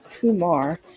kumar